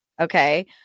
Okay